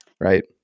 right